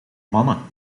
mannen